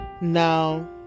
Now